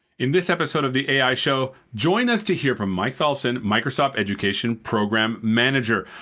in this episode of the ai show, join us to hear from mike tholfsen, microsoft education program manager.